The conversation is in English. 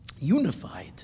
unified